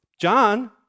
John